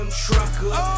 trucker